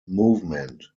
movement